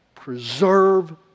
Preserve